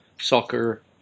soccer